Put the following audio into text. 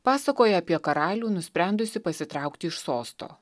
pasakoja apie karalių nusprendusi pasitraukti iš sosto